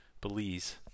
Belize